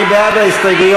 מי בעד ההסתייגויות?